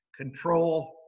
control